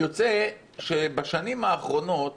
יוצא שבשנים האחרונות